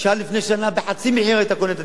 שנה בחצי מחיר היית קונה בהם את הדירות האלה.